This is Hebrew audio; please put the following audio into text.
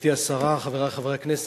גברתי השרה, חברי חברי הכנסת,